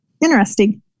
Interesting